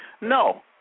No